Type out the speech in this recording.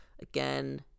again